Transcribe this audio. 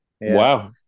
Wow